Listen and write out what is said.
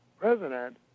president